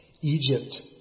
Egypt